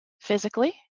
physically